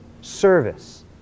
service